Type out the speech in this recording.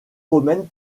romaine